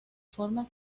forma